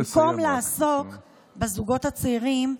במקום לעסוק בזוגות הצעירים,